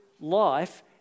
life